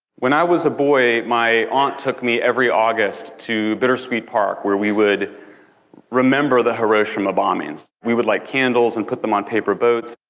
when i was boy, my aunt took me every august to bittersweet park, where we would remember the hiroshima bombings. we would light like candles, and put them on paper boats.